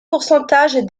pourcentage